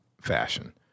fashion